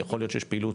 יכול להיות שיש פעילות,